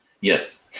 yes